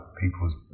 people's